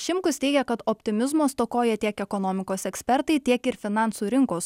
šimkus teigia kad optimizmo stokoja tiek ekonomikos ekspertai tiek ir finansų rinkos